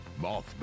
Mothman